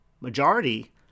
majority